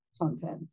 content